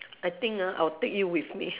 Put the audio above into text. I think ah I'll take you with me